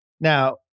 Now